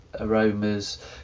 aromas